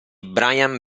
brian